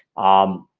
um